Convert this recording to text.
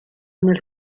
nel